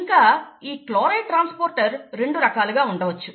ఇంకా ఈ chloride transporter రెండు రకాలుగా ఉండవచ్చు